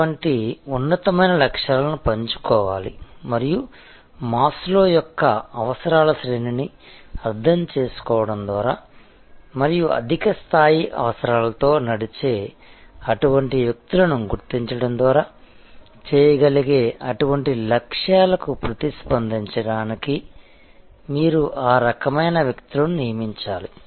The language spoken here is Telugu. ఇటువంటి ఉన్నతమైన లక్ష్యాలను పంచుకోవాలి మరియు మాస్లో యొక్క అవసరాల శ్రేణిని అర్థం చేసుకోవడం ద్వారా మరియు అధిక స్థాయి అవసరాలతో నడిచే అటువంటి వ్యక్తులను గుర్తించడం ద్వారా చేయగలిగే అటువంటి లక్ష్యాలకు ప్రతిస్పందించడానికి మీరు ఆ రకమైన వ్యక్తులను నియమించాలి